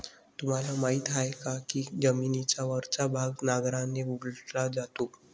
तुम्हाला माहीत आहे का की जमिनीचा वरचा भाग नांगराने उलटला जातो?